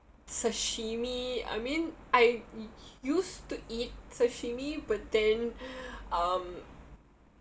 sashimi I mean I used to eat sashimi but then um